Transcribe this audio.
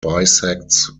bisects